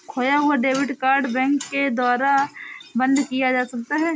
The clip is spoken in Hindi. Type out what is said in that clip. खोया हुआ डेबिट कार्ड बैंक के द्वारा बंद किया जा सकता है